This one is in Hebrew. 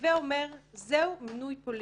הווי אומר זה הוא מינוי פוליטי,